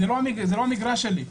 זה לא המגרש שלי.